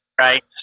Right